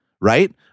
Right